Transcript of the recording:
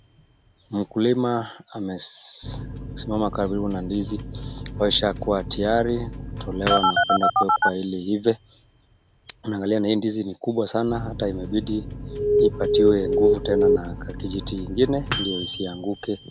Mkulima amesimama karibu na ndizi ambayo ishakuwa tayari kutolewa na kwenda kuwekwa ili iivee. Unaangalia na hii ndizi ni kubwa sana ata imebidi ipatiwe nguvu tena na kakijiti ingine ndio isianguke.